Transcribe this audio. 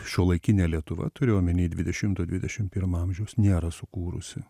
šiuolaikinė lietuva turiu omeny dvidešimto dvidešim pirmo amžiaus nėra sukūrusi